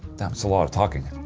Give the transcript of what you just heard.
that's a lot of talking.